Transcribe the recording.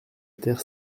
terre